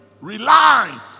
rely